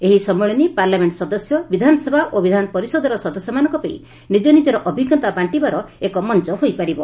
ଏହି ସମ୍ମିଳନୀ ପାର୍ଲାମେଣ୍ଟ ସଦସ୍ୟ ବିଧାନସଭା ଓ ବିଧାନ ପରିଷଦର ସଦସ୍ୟମାନଙ୍କପାଇଁ ନିଜ ନିଜର ଅଭିଜ୍ଞତା ବାଣ୍ଟିବାର ଏକ ମଞ୍ଚ ହୋଇପାରିବ